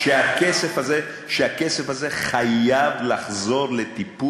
השאלה מה שר האוצר אומר.